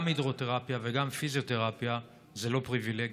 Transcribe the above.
גם הידרותרפיה וגם פיזיותרפיה הן לא פריבילגיה,